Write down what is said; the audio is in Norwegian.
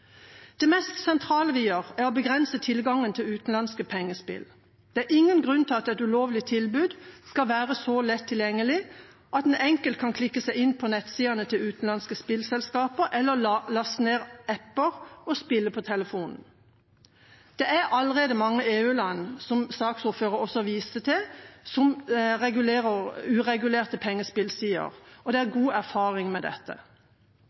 Det mest sentrale vi gjør, er å begrense tilgangen til utenlandske pengespill. Det er ingen grunn til at et ulovlig tilbud skal være så lett tilgjengelig at man enkelt kan klikke seg inn på nettsidene til utenlandske spillselskaper eller laste ned apper og spille på telefonen. Det er allerede mange EU-land, som saksordføreren også viste til, som regulerer uregulerte pengespillsider, og det er god erfaring med dette.